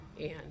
And-